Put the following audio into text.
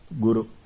guru